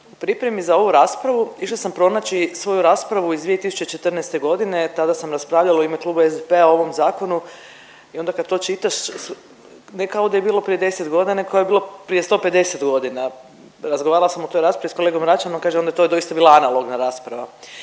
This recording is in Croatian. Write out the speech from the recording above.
U pripremi za ovu raspravu išla sam pronaći svoju raspravu iz 2014. godine, tada sam raspravljala u ime kluba SDP-a o ovom zakonu i onda kad to čitaš ne kao da je bilo prije 10 godina nego kao da je bilo prije 150 godina. Razgovarala sam o toj raspravi s kolegom Račanom, kaže on da je to doista bila analogna rasprava